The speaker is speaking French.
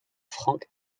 frank